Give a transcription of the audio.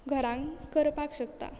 घरान करपाक शकता